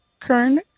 Kern